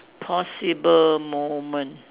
possible moment